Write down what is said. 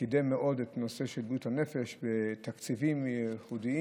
שקידם מאוד את נושא בריאות הנפש בתקציבים ייחודיים,